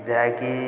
ଯାହାକି